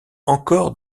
encore